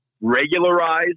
regularize